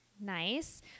nice